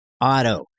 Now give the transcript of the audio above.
auto